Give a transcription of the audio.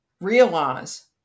realize